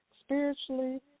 spiritually